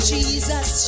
Jesus